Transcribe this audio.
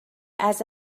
ازت